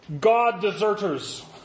God-deserters